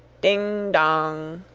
ding, dong!